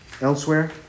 elsewhere